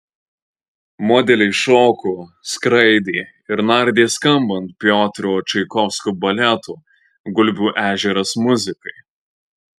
modeliai šoko skraidė ir nardė skambant piotro čaikovskio baleto gulbių ežeras muzikai